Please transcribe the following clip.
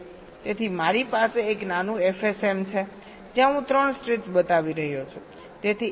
તેથી મારી પાસે એક નાનું FSM છે જ્યાં હું 3 સ્ટેટ્સ બતાવી રહ્યો છું